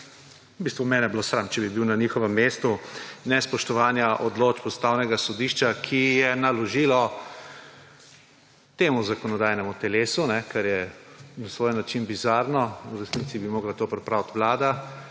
mene bi bilo sram, če bi bil na njihovem mestu, in nespoštovanja odločb Ustavnega sodišča, ki je naložilo temu zakonodajnemu telesu, kar je na svoj način bizarno, v resnici bi morala to pripraviti vlada,